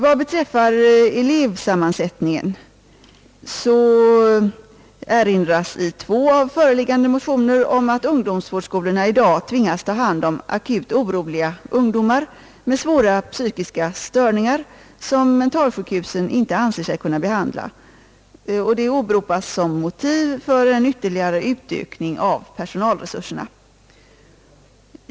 Vad beträffar elevsammansättningen framhåller man i föreliggande motioner att ungdomsvårdsskolorna i dag tvingas ta hand om akut oroliga ungdomar med svåra psykiska störningar som mentalsjukhusen inte anser sig kunna behandla. Det åberopas som motiv för en ytterligare ökning av personalresurserna.